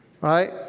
Right